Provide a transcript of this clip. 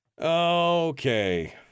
Okay